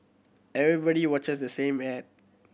everybody watches the same ad